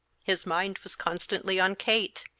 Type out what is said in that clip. his mind was constantly on kate.